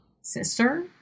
sister